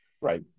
Right